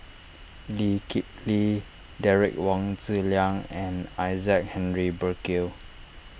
Lee Kip Lee Derek Wong Zi Liang and Isaac Henry Burkill